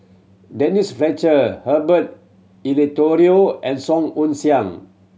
Denise Fletcher Herbert Eleuterio and Song Ong Siang